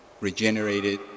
regenerated